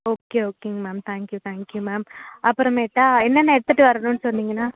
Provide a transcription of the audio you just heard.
okay ஓகேங்க ma'am thank you thank you ma'am அப்புறமேட்டா என்னென்ன எடுத்துகிட்டு வரணும்னு சொன்னிங்கன்னால்